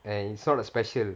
and it's sort of special